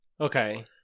Okay